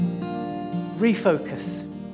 refocus